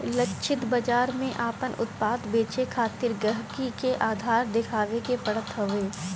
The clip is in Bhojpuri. लक्षित बाजार में आपन उत्पाद बेचे खातिर गहकी के आधार देखावे के पड़त हवे